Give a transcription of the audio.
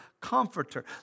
comforter